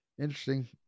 interesting